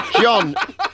John